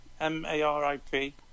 M-A-R-I-P